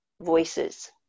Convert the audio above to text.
voices